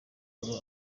ubwo